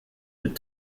with